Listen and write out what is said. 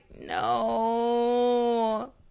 no